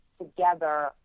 together